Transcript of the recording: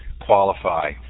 qualify